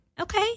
Okay